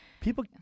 People